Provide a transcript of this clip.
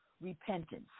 repentance